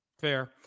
Fair